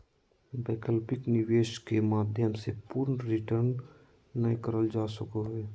वैकल्पिक निवेश के माध्यम से पूर्ण रिटर्न नय करल जा सको हय